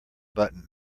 button